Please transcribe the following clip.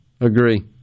agree